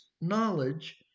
knowledge